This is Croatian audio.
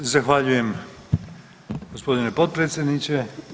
Zahvaljujem gospodine potpredsjedniče.